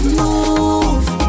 move